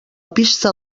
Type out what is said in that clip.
pista